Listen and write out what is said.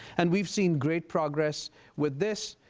and we've seen great progress with this.